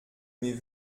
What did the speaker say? mes